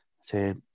say